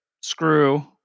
screw